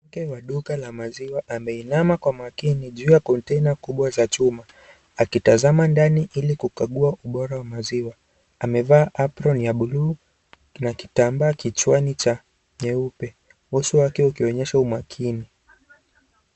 MwNmk5wa duka la maziwa ameinama kwa makini juu ya container kubwa za chuma, akitazama ndani hili kugagua ubora waziwa. Amevaa aproni na blue na kitambaa kichwani cha nyeupe, mwosho wake ukionyesha umakini